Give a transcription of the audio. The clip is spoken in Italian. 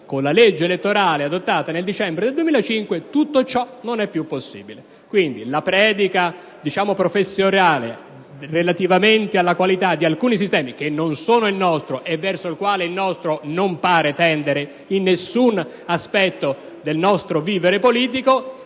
con la legge elettorale adottata nel dicembre del 2005 tutto ciò non è più possibile. Quindi, credo che la predica - diciamo professorale - relativamente alla qualità di alcuni sistemi (che non sono il nostro e verso i quali quello italiano non pare tendere in nessun aspetto del nostro vivere politico)